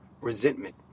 resentment